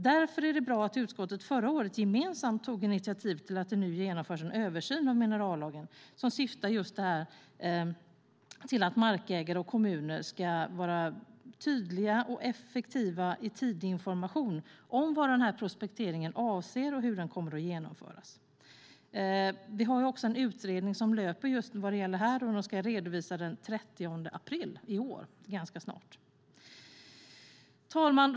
Därför är det bra att utskottet förra året gemensamt tog initiativ till att det nu genomförs en översyn av minerallagen som syftar till att markägare och kommuner med ökad tydlighet och effektivitet får tidig information om vad en prospektering avser och hur den kommer att genomföras. En utredning om detta pågår och resultatet ska redovisas den 30 april i år. Fru talman!